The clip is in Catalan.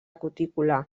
cutícula